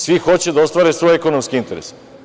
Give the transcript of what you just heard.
Svi hoće da ostvare svoje ekonomske interese.